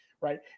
right